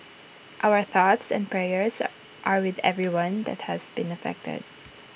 our thoughts and prayers are with everyone that has been affected